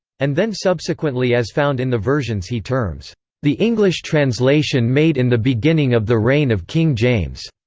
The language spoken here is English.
and then subsequently as found in the versions he terms the english translation made in the beginning of the reign of king james,